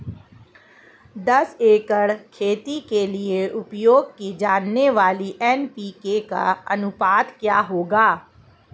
दस एकड़ खेती के लिए उपयोग की जाने वाली एन.पी.के का अनुपात क्या होगा?